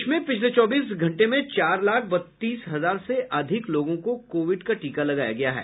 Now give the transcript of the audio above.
देश में पिछले चौबीस घंटे में चार लाख बत्तीस हजार से अधिक लोगों को कोविड का टीका लगाया गया है